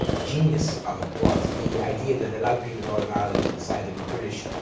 genius of it was the idea that allowed people in northern ireland to decide they were british,